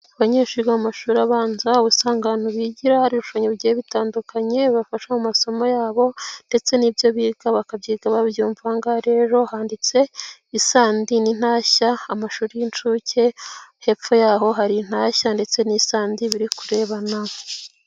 Abanyeshuri bo mu mashuri abanza usanga abantu bigira hari ibishangiye bitandukanye bibafasha mu masomo yabo ndetse n'ibyo biga bakabyiga babyumva, ahangaha rero handitse isandi n'intashya, amashuri y'inshuke, hepfo y'aho hari intashya ndetse n'isandi biri kurebana.